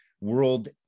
world